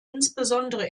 insbesondere